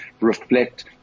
reflect